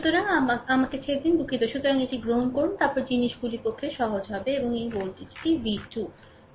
সুতরাং আমাকে আমাকে ছেড়ে দিন দুঃখিত সুতরাং এটি গ্রহণ করুন তারপরে জিনিসগুলির পক্ষে সহজ হবে এবং এই ভোল্টেজটি v2